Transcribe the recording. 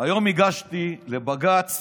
שהיום הגשתי לבג"ץ